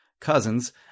cousins